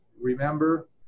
remember